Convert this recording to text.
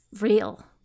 real